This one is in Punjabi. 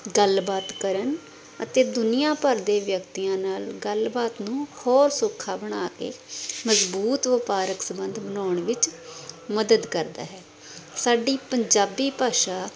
ਗੱਲਬਾਤ ਕਰਨ ਅਤੇ ਦੁਨੀਆਂ ਭਰ ਦੇ ਵਿਅਕਤੀਆਂ ਨਾਲ ਗੱਲਬਾਤ ਨੂੰ ਹੋਰ ਸੌਖਾ ਬਣਾ ਕੇ ਮਜ਼ਬੂਤ ਵਪਾਰਕ ਸੰਬੰਧ ਬਣਾਉਣ ਵਿੱਚ ਮਦਦ ਕਰਦਾ ਹੈ ਸਾਡੀ ਪੰਜਾਬੀ ਭਾਸ਼ਾ